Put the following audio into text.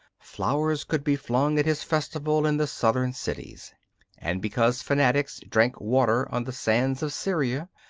flowers could be flung at his festival in the southern cities and because fanatics drank water on the sands of syria,